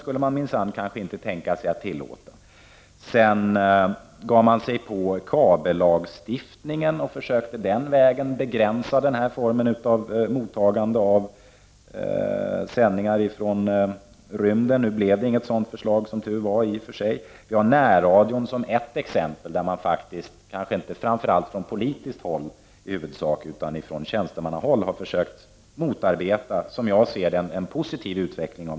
Sedan gav man sig på kabellagstiftningen och försökte på den vägen begränsa den här formen av mottagning av sändningar från rymden. Nu blev det i och för sig inget sådant förslag, som tur var. Närradion är ett exempel där man — i huvudsak kanske inte från politiskt håll utan ifrån tjänstemannahåll — har försökt motarbeta en, som jag ser det, positiv utveckling.